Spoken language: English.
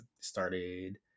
started